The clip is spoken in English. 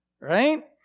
right